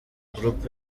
group